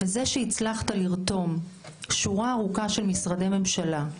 זה שהצלחת לרתום שורה ארוכה של משרדי ממשלה,